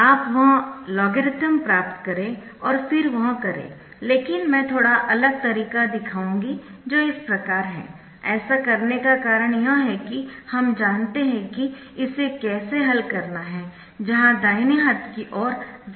आप वह लॉगरिथ्म प्राप्त करें और फिर वह करें लेकिन मैं थोड़ा अलग तरीका दिखाऊंगी जो इस प्रकार है ऐसा करने का कारण यह है कि हम जानते है कि इसे कैसे हल करना है जहां दाहिने हाथ की ओर 0 है